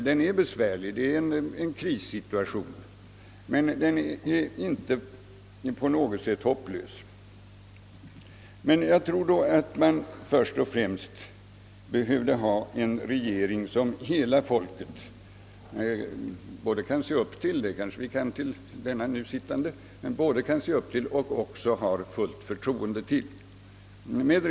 Den är besvärlig, en krissituation, men den är inte på något sätt hopplös. Jag tror att vi först och främst behövde ha en regering som hela folket både kan se upp till — det kanske vi i vissa fall kan göra till den nu sittande regeringen — och ha fullt förtroende för.